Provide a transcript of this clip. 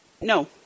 No